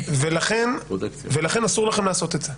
לכן אסור לכם לעשות את זה.